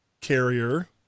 carrier